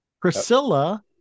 Priscilla